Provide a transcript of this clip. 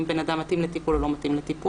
בן אדם מתאים לטיפול או לא מתאים לטיפול,